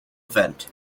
event